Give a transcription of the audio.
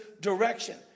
direction